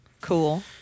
Cool